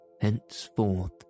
Henceforth